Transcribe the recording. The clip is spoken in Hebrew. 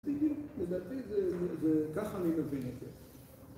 זה ככה אני מבין את זה